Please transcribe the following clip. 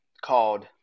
called